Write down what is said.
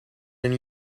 een